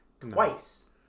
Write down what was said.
twice